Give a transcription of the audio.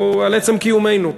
הוא על עצם קיומנו.